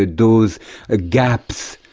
ah those ah gaps,